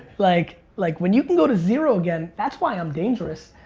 like like when you can go to zero again, that's why i'm dangerous,